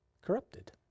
Corrupted